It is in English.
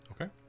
Okay